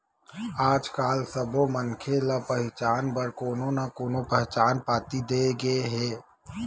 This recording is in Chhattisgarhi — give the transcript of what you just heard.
आजकाल सब्बो मनखे ल पहचान बर कोनो न कोनो पहचान पाती दे गे हे